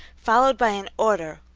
followed by an order,